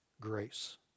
grace